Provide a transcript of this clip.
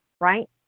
right